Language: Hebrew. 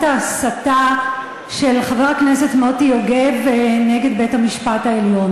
ההסתה של חבר הכנסת מוטי יוגב נגד בית-המשפט העליון?